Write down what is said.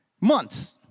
Months